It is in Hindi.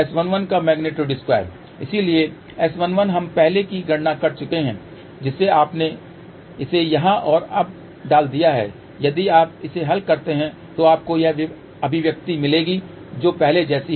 इसलिए S11 हम पहले ही गणना कर चुके हैं जिसे आपने इसे यहां और अब डाल दिया है यदि आप इसे हल करते हैं तो आपको यह अभिव्यक्ति मिलेगी जो पहले जैसी है